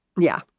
yeah,